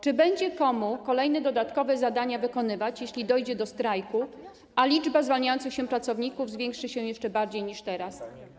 Czy będzie komu kolejne dodatkowe zadania wykonywać, jeśli dojdzie do strajku, a liczba zwalniających się pracowników zwiększy się jeszcze bardziej niż teraz?